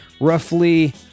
roughly